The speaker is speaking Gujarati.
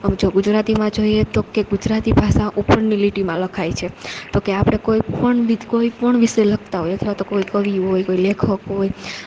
આમ જો ગુજરાતીમાં જોઈએ તો કે ગુજરાતી ભાષા ઉપરની લીટીમાં લખાય છે તો કે આપણે કોઈપણ કોઈપણ વિશે લખતા હોય અથવા કોઈ કવિ હોય કોઈ લેખક હોય